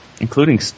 including